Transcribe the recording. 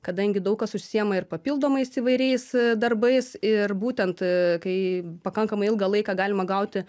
kadangi daug kas užsiima ir papildomais įvairiais darbais ir būtent kai pakankamai ilgą laiką galima gauti